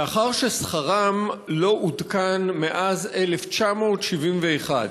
לאחר ששכרם לא עודכן מאז 1971,